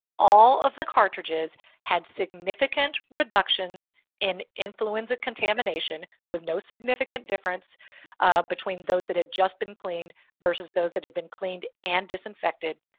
all of the cartridges had significant reductions in influenza contamination with no significant difference between those that had just been cleaned versus those that had been cleaned and disinfected.